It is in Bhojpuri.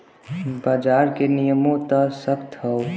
बाजार के नियमों त सख्त हौ